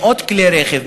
מאות כלי רכב,